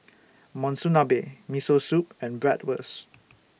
Monsunabe Miso Soup and Bratwurst